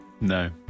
no